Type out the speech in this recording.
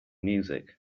music